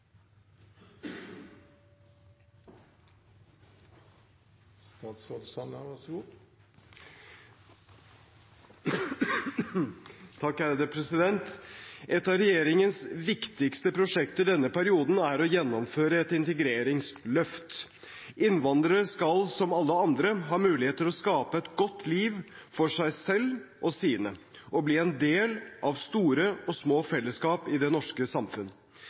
å gjennomføre et integreringsløft. Innvandrere skal som alle andre ha mulighet til å skape et godt liv for seg og sine og bli en del av store og små fellesskap i det norske